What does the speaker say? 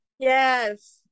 yes